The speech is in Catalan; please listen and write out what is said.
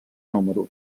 número